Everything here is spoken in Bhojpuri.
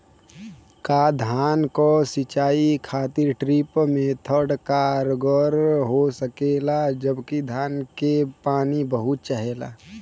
का धान क सिंचाई खातिर ड्रिप मेथड कारगर हो सकेला जबकि धान के पानी बहुत चाहेला?